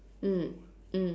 mm mm